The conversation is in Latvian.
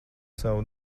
savu